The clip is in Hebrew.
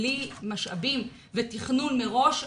בלי משאבים ותכנון מראש,